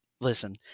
Listen